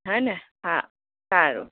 હે ને હા હા હારું હા